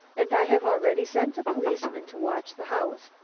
and i have already sent a policeman to watch the house.